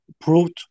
proved